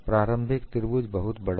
प्रारंभिक त्रिभुज बहुत बड़ा है